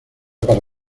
para